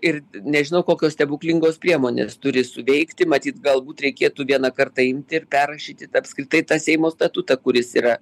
ir nežinau kokios stebuklingos priemonės turi suveikti matyt galbūt reikėtų vieną kartą imti ir perrašyti tą apskritai tą seimo statutą kuris yra